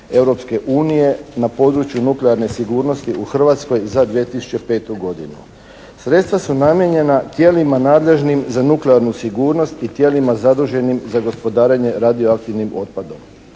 na području nuklearne sigurnosti u Hrvatskoj za 2005. godinu. Sredstva su namijenjena tijelima nadležnim za nuklearnu sigurnost i tijelima zaduženim za gospodarenje radioaktivnim otpadom.